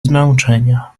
zmęczenia